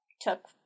took